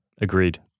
agreed